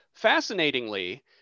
Fascinatingly